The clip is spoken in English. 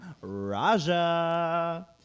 Raja